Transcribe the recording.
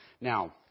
Now